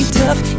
tough